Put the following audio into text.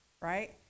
Right